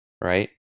right